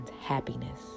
happiness